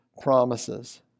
promises